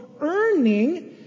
earning